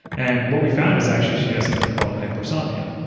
and what we found is actually she has something called hypersomnia,